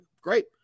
Great